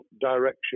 direction